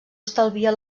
estalvia